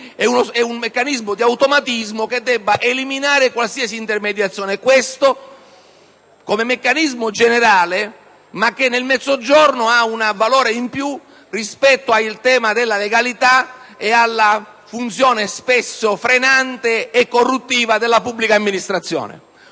ed un meccanismo di automatismo che dovrebbe eliminare qualsiasi intermediazione. L'adozione di questo meccanismo di carattere generale nel Mezzogiorno assumerebbe un valore in più rispetto al tema della legalità e alla funzione spesso frenante e corruttiva della pubblica amministrazione.